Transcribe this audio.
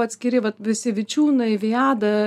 atskiri vat visi vičiūnai viada